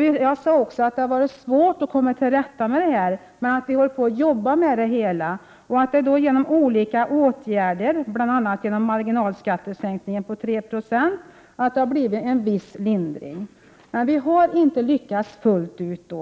Jag sade också att det har varit svårt att komma till rätta med detta men att vi jobbar med det. Genom olika åtgärder, bl.a. marginalskattesänkningen på 3 26, har det blivit en viss lindring, men vi har inte lyckats fullt ut.